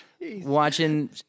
watching